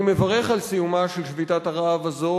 אני מברך על סיומה של שביתת הרעב הזו,